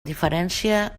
diferència